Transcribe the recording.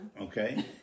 Okay